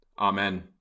Amen